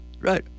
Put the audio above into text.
right